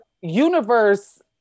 universe